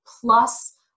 plus